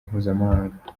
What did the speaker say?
mpuzamahanga